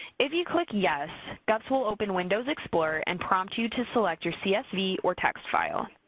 if you click yes, gups will open windows explorer and prompt you to select your csv or txt file.